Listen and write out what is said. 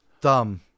dumb